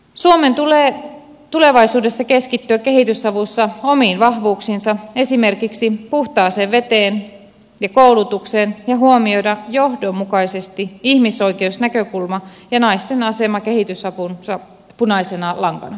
suomen tulee tulevaisuudessa keskittyä kehitysavussa omiin vahvuuksiinsa esimerkiksi puhtaaseen veteen ja koulutukseen ja huomioida johdonmukaisesti ihmisoikeusnäkökulma ja naisten asema kehitysavun punaisena lankana